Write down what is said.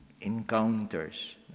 encounters